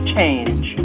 Change